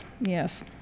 yes